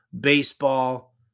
baseball